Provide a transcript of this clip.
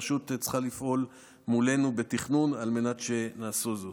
הרשות צריכה לפעול מולנו בתכנון על מנת שנעשה זאת.